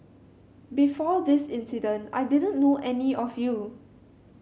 before this incident I didn't know any of you